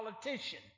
politician